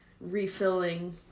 refilling